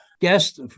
guest